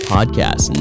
Podcast